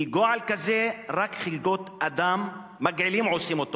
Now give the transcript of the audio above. כי גועל כזה רק חלאות אדם מגעילים עושים.